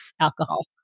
alcohol